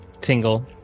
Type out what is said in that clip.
tingle